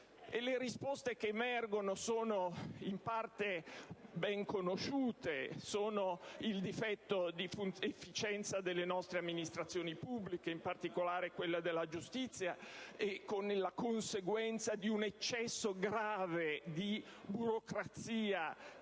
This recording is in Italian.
Le risposte che emergono sono in parte ben conosciute: sono il difetto di efficienza delle nostre amministrazioni pubbliche, in particolare di quella della giustizia, con la conseguenza, tra l'altro, di un eccesso grave di burocrazia